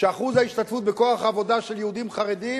שאחוז ההשתתפות בכוח העבודה של יהודים חרדים